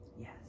Yes